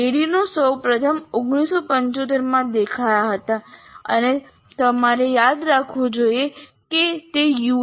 ADDIE સૌપ્રથમ 1975 માં દેખાયા હતા અને તમારે યાદ રાખવું જોઈએ કે તે યુ